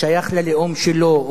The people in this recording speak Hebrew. שייך ללאום שלו,